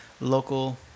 local